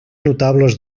notables